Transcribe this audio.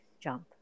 jump